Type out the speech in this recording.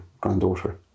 granddaughter